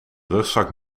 rugzak